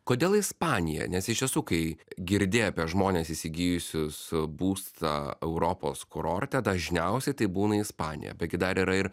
kodėl ispanija nes iš tiesų kai girdi apie žmones įsigijusius būstą europos kurorte dažniausiai tai būna ispanija betgi dar yra ir